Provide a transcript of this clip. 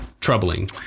troubling